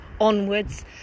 onwards